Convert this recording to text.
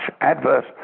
adverse